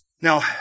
Now